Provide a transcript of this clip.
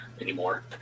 anymore